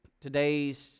today's